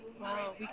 Wow